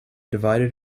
divided